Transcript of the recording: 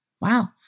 Wow